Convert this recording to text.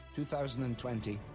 2020